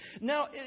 now